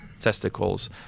testicles